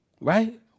Right